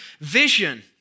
vision